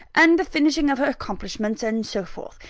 and the finishing of her accomplishments, and so forth.